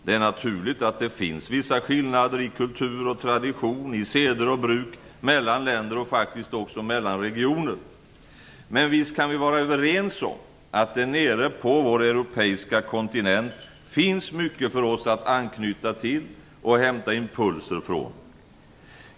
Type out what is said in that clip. Det är naturligt att det finns vissa skillnader i kultur och tradition, i seder och bruk mellan länder och faktiskt också mellan regioner. Men visst kan vi vara överens om att det nere på vår europeiska kontinent finns mycket för oss att anknyta till och hämta impulser från.